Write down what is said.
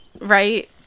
right